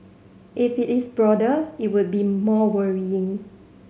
if it is broader it would be more worrying